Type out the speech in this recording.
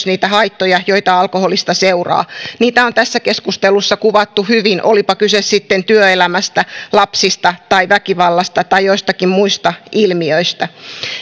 niitä haittoja joita alkoholista seuraa niitä on tässä keskustelussa kuvattu hyvin olipa kyse sitten työelämästä lapsista tai väkivallasta tai joistakin muista ilmiöistä